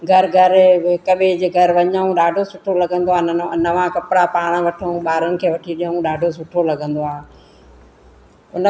घरु घरु हिक ॿिए जे घरु वञूं ॾाढो सुठो लॻंदो आहे न नवा कपिड़ा पाण वठूं ॿारनि खे वठी ॾियूं ॾाढो सुठो लॻंदो आहे उन